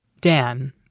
Dan